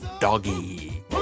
Doggy